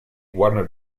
warner